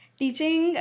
teaching